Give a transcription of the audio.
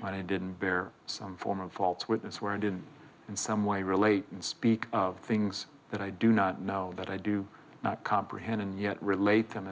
when i didn't bear some form of false witness where i didn't in some way related speak of things that i do not know that i do not comprehend and yet relate them